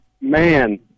man